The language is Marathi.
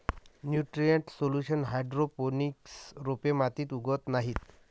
न्यूट्रिएंट सोल्युशन हायड्रोपोनिक्स रोपे मातीत उगवत नाहीत